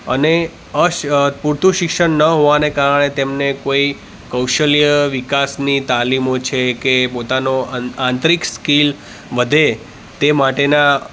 અને અ પૂરતું શિક્ષણ ન હોવાને કારણે તેમને કોઈ કૌશલ્ય વિકાસની તાલીમો છે કે પોતાનો આંતરિક સ્કિલ વધે તે માટેનાં